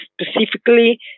specifically